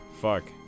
fuck